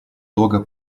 того